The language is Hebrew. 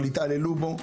אבל התעללו בו,